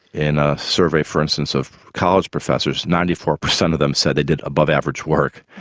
in a survey for instance of college professors ninety four percent of them said they did above average work.